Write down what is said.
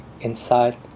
inside